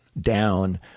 Down